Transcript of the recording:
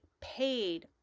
paid